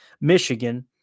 Michigan